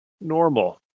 normal